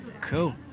cool